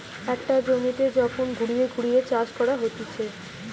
একটা জমিতে যখন ঘুরিয়ে ঘুরিয়ে চাষ করা হতিছে